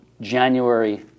January